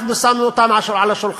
אנחנו שמנו אותם על השולחן,